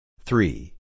three